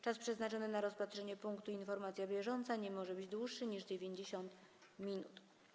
Czas przeznaczony na rozpatrzenie punktu: Informacja bieżąca nie może być dłuższy niż 90 minut.